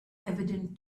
evident